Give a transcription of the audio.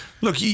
Look